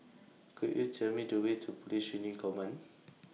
Could YOU Tell Me The Way to Police Training Command